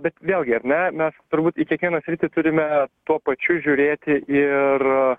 bet vėlgi ar ne mes turbūt į kiekvieną sritį turime tuo pačiu žiūrėti ir